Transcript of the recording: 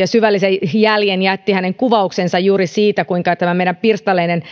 ja syvällisen jäljen hänen kuvauksensa juuri siitä kuinka tämä meidän pirstaleinen